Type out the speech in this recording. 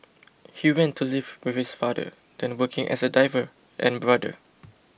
he went to live with his father then working as a driver and brother